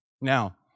Now